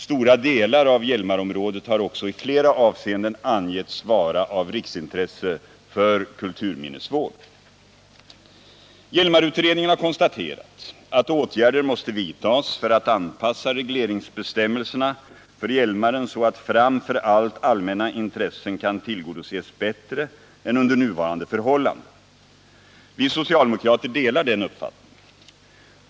Stora delar av Hjälmarområdet har också i flera avseenden angetts vara av riksintresse för kulturminnesvård. Hjälmarutredningen har konstaterat att åtgärder måste vidtas för att anpassa regleringsbestämmelsena för Hjälmaren så att framför allt allmänna intressen kan tillgodoses bättre än under nuvarande förhållanden. Vi socialdemokrater delar den uppfattningen.